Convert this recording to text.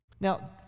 Now